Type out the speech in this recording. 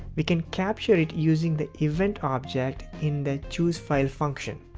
we can capture it using the event object in the choosefile function.